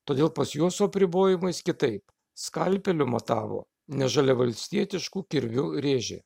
todėl pas juos su apribojimais kitaip skalpeliu matavo ne žaliavalstietišku kirviu rėžė